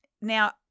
Now